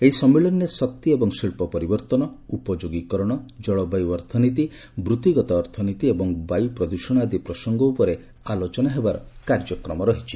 ଏହି ସମ୍ମିଳନୀରେ ଶକ୍ତି ଏବଂ ଶିଳ୍ପ ପରିବର୍ତ୍ତନ ଉପଯୋଗୀକରଣ ଜଳବାୟୁ ଅର୍ଥନୀତି ବୃତ୍ତିଗତ ଅର୍ଥନୀତି ଏବଂ ବାୟୁ ପ୍ରଦୃଷଣ ଆଦି ପ୍ରସଙ୍ଗ ଉପରେ ଆଲୋଚନା ହେବାର କାର୍ଯ୍ୟକ୍ରମ ରହିଛି